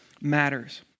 matters